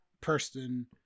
person